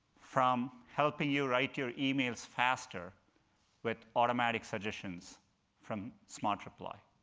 from helping you write your emails faster with automatic suggestions from smart reply,